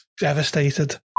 Devastated